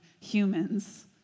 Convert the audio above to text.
humans